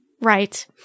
Right